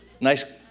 nice